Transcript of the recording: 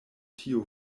tio